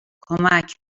کمک